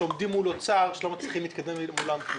שעומדים מול משרד אוצר ולא מצליחים להתקדם מולם בכלום.